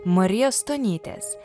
marijos stonytės